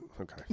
okay